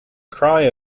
cry